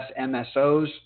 MSOs